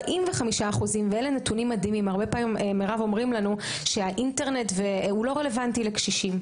הרבה פעמים אומרים לנו שהאינטרנט הוא לא רלוונטי לקשישים,